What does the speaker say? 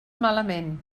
malament